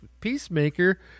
peacemaker